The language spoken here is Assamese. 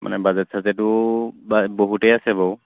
মানে বাজেট চাজেটো বা বহুতেই আছে বাৰু